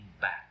back